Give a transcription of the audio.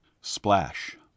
splash